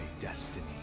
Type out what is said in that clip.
destiny